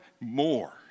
more